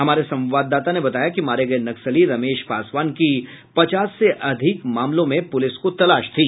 हमारे संवाददाता ने बताया कि मारे गये नक्सली रमेश पासवान की पचास से अधिक मामलों में पुलिस को तलाश थी